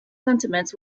sentiments